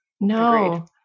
No